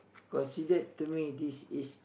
considered to me this is